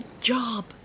job